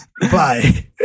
Bye